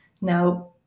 Now